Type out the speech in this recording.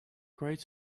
great